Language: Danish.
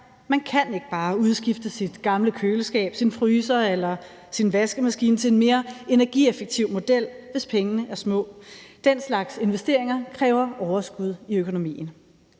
man kan ikke bare udskifte sit gamle køleskab, sin fryser eller sin vaskemaskine til en mere energieffektiv model, hvis pengene er små. Den slags investeringer kræver overskud i økonomien.